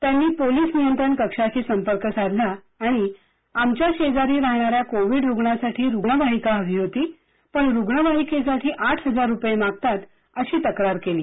त्यांनी पोलीस नियंत्रण कक्षाशी संपर्क साधला आणिआमच्या शेजारी राहणार्या कोविड रुग्णासाठी रुग्णवाहिका पाहिजे होतीपण रुग्णवाहिकेसाठी आठ हजार रुपये मागतात अशी तक्रार केली